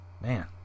Man